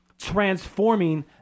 transforming